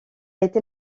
été